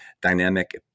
dynamic